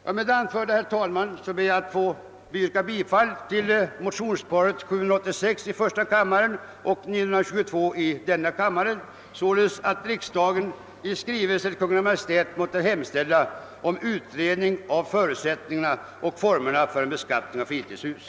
Med det anförda ber jag, herr talman, att få yrka bifall till motionsparet I: 786 och II: 922, således att riksdagen i skrivelse till Kungl. Maj:t måtte hemställa om utredning av förutsättningarna och formerna för en beskattning av fritidshus.